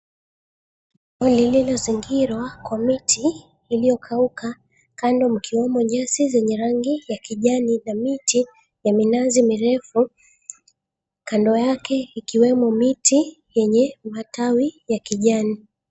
Shamba lililozingirwa kwa miti iliyokauka kando mkiwemo nyasi zenye rangi ya kijani na miti ya minazi mirefu. Kando yake ikiwemo miti yenye matawi ya kijani.